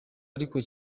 ariko